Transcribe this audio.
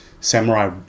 samurai